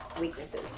weaknesses